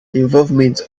involvement